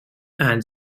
and